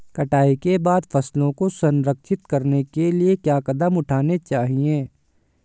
कटाई के बाद फसलों को संरक्षित करने के लिए क्या कदम उठाने चाहिए?